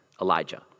Elijah